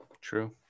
True